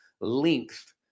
length